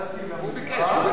הוא ביקש.